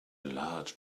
large